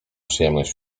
przyjemność